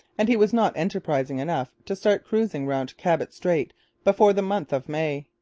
and he was not enterprising enough to start cruising round cabot strait before the month of may.